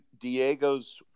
Diego's